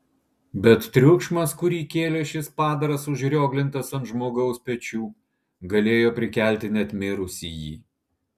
bet triukšmas kurį kėlė šis padaras užrioglintas ant žmogaus pečių galėjo prikelti net mirusįjį